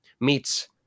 meets